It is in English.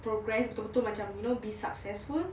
progress betul-betul macam you know be successful